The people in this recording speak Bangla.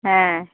হ্যাঁ